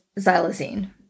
xylazine